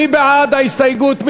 מי בעד ההסתייגות?